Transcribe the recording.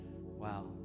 Wow